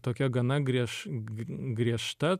tokia gana griež g griežta